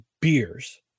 beers